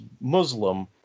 muslim